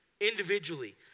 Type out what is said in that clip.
individually